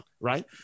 right